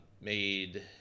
made